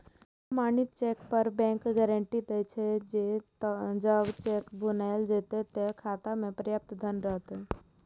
प्रमाणित चेक पर bank guarantee दै छे, जे जब चेक भुनाएल जेतै, ते खाता मे पर्याप्त धन रहतै